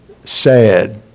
sad